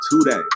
today